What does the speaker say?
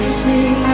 sing